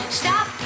stop